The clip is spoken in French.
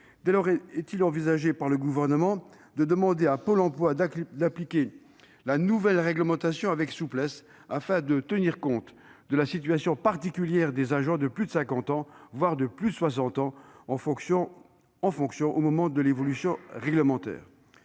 Gouvernement envisage-t-il de demander à Pôle emploi d'appliquer la nouvelle réglementation avec souplesse ? Il conviendrait de tenir compte de la situation particulière des agents de plus de 50 ans, voire de plus 60 ans, en fonctions au moment de l'évolution réglementaire.